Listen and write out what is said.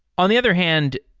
on the other hand,